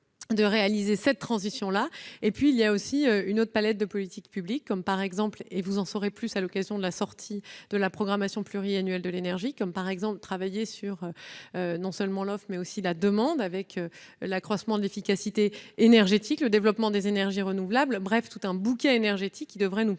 de réaliser cette transition-là. Il existe aussi toute une autre palette de politiques publiques- vous en saurez plus à l'occasion de la présentation de la programmation pluriannuelle de l'énergie : travailler non seulement sur l'offre, mais aussi sur la demande avec l'accroissement de l'efficacité énergétique, le développement des énergies renouvelables, tout un bouquet énergétique qui devrait nous permettre